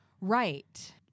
Right